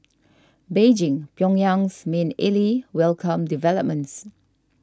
Beijing Pyongyang's main ally welcomed developments